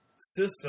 system